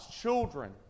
children